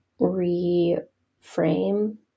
reframe